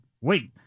wait